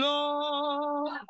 Lord